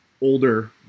older